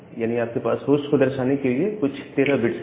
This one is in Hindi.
यानी आपके पास होस्ट को दर्शाने के लिए कुल 13 बिट्स है